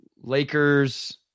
lakers